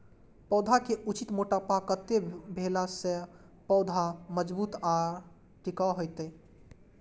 पौधा के उचित मोटापा कतेक भेला सौं पौधा मजबूत आर टिकाऊ हाएत?